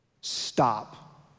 stop